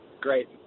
Great